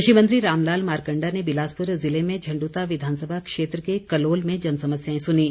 कृषि मंत्री रामलाल मारकण्डा ने बिलासपुर जिले में झण्ड्रता विधानसभा क्षेत्र के कलोल में जनसमस्याएं सुनीं